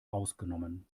ausgenommen